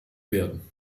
werden